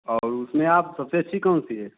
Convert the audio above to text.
और उसमें आप सबसे अच्छी कौन सी है